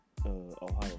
Ohio